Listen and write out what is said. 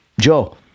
Joe